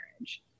marriage